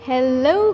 Hello